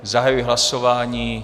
Zahajuji hlasování.